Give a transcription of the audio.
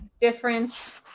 different